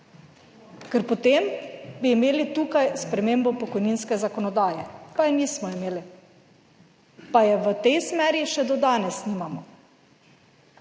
ker potem bi imeli tukaj spremembo pokojninske zakonodaje, pa je nismo imeli. Pa je v tej smeri še do danes nimamo.